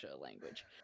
language